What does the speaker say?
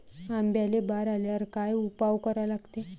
आंब्याले बार आल्यावर काय उपाव करा लागते?